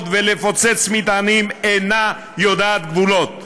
ולפוצץ מטענים אינן יודעות גבולות.